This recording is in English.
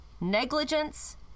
negligence